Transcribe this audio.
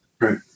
Right